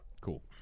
Cool